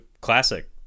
classic